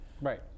Right